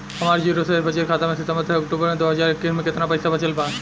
हमार जीरो शेष बचत खाता में सितंबर से अक्तूबर में दो हज़ार इक्कीस में केतना पइसा बचल बा?